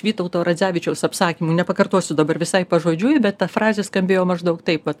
vytauto radzevičiaus apsakymų nepakartosiu dabar visai pažodžiui bet ta frazė skambėjo maždaug taip vat